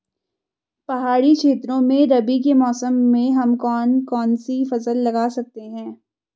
पहाड़ी क्षेत्रों में रबी के मौसम में हम कौन कौन सी फसल लगा सकते हैं?